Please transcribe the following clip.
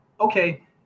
okay